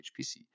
HPC